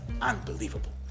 unbelievable